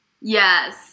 Yes